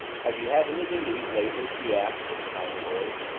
have you had anything to eat lately? she asked in a kindly voice.